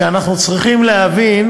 כשאנחנו צריכים להבין